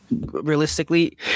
realistically